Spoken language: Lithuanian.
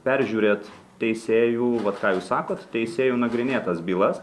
peržiūrėt teisėjų vat ką jūs sakot teisėjų nagrinėtas bylas